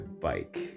bike